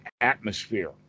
atmosphere